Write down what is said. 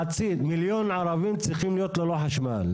מחצית, מיליון ערבים צריכים להיות ללא חשמל.